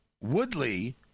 Woodley